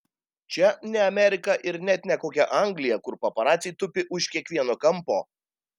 čia ne amerika ir net ne kokia anglija kur paparaciai tupi už kiekvieno kampo